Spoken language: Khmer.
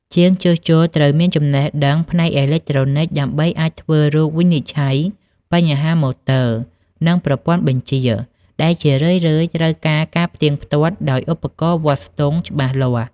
ជាងជួសជុលត្រូវមានចំណេះដឹងផ្នែកអេឡិចត្រូនិកដើម្បីអាចធ្វើរោគវិនិច្ឆ័យបញ្ហាម៉ូទ័រ និងប្រព័ន្ធបញ្ជា ដែលជារឿយៗត្រូវការការផ្ទៀងផ្ទាត់ដោយឧបករណ៍វាស់ស្ទង់ច្បាស់លាស់។